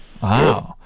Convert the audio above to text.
wow